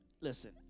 Listen